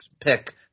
pick